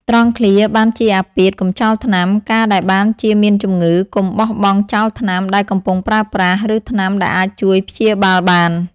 ត្រង់ឃ្លា បានជាអាពាធ កុំចោលថ្នាំ កាលដែលបានជាមានជំងឺ កុំបោះបង់ចោលថ្នាំដែលកំពុងប្រើប្រាស់ ឬថ្នាំដែលអាចជួយព្យាបាលបាន។